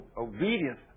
obedience